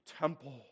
temple